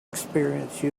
experience